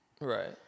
Right